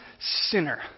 sinner